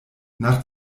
nach